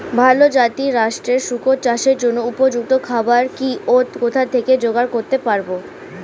ভালো জাতিরাষ্ট্রের শুকর চাষের জন্য উপযুক্ত খাবার কি ও কোথা থেকে জোগাড় করতে পারব?